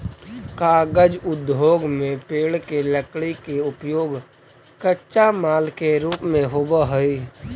कागज उद्योग में पेड़ के लकड़ी के उपयोग कच्चा माल के रूप में होवऽ हई